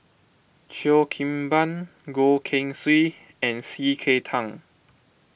Cheo Kim Ban Goh Keng Swee and C K Tang